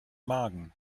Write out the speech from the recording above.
magen